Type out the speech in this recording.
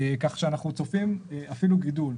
לכן אנחנו צופים אפילו גידול.